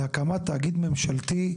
להקמת תאגיד ממשלתי,